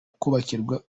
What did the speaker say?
kubakirwa